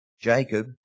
Jacob